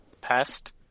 past